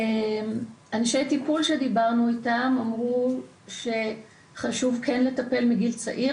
אנשי טיפול שדיברנו איתם אמרו שחשוב כן לטפל מגיל צעיר,